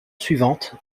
suivante